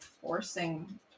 forcing